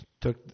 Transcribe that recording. took